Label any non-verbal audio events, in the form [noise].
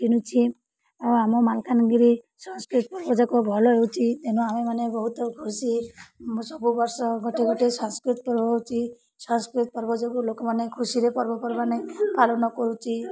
କିଣୁଛିି ଆଉ ଆମ ମାଲକାନଗିରି ସଂସ୍କୃତି [unintelligible] ଭଲ ହେଉଛି ତେଣୁ ଆମେ ମାନେ ବହୁତ ଖୁସି ସବୁ ବର୍ଷ ଗୋଟେ ଗୋଟେ ସାଂସ୍କୃତିକ ପର୍ବ ହେଉଛି ସାଂସ୍କୃତିକ ପର୍ବ ଯୋଗୁ ଲୋକମାନେ ଖୁସିରେ ପର୍ବପର୍ବାଣି ପାଳନ କରୁଛି